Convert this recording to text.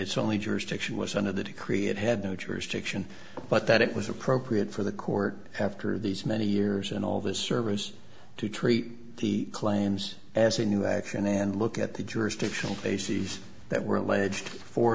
its only jurisdiction was under that it created had no jurisdiction but that it was appropriate for the court after these many years and all the service to treat the claims as a new action and look at the jurisdictional bases that were alleged for